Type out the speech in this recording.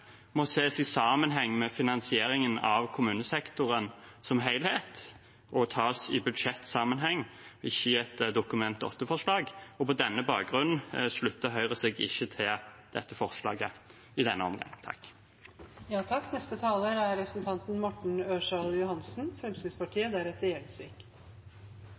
må ses i sammenheng med finansieringen av kommunesektoren som helhet og tas i budsjettsammenheng, ikke i et Dokument 8-forslag. På denne bakgrunnen slutter Høyre seg ikke til dette forslaget i denne omgang. Venstresida elsker skatter som er